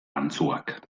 antzuak